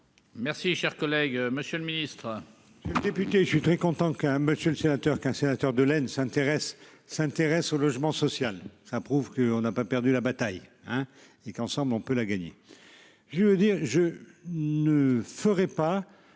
Merci, cher collègue, Monsieur le Ministre.